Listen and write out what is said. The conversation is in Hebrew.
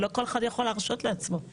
ולא כל אחד יכול להרשות לעצמו.